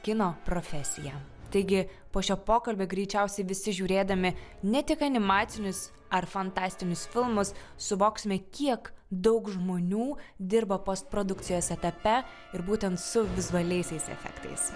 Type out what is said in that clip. kino profesiją taigi po šio pokalbio greičiausiai visi žiūrėdami ne tik animacinius ar fantastinius filmus suvoksime kiek daug žmonių dirba postprodukcijos etape ir būtent su vizualiaisiais efektais